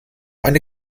eine